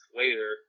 later